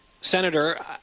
Senator